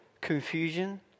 confusion